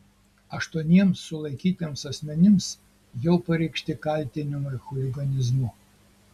aštuoniems sulaikytiems asmenims jau pareikšti kaltinimai chuliganizmu